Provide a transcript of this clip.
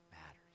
matters